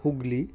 Hooghly